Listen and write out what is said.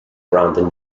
brandon